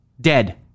dead